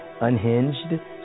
unhinged